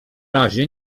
razie